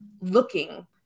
looking